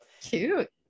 cute